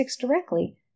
directly